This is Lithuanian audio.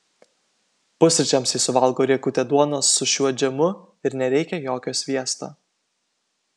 pusryčiams ji suvalgo riekutę duonos su šiuo džemu ir nereikia jokio sviesto